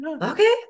okay